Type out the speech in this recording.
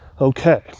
Okay